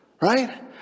Right